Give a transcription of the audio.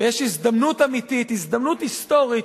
יש הזדמנות אמיתית, הזדמנות היסטורית,